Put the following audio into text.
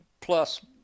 plus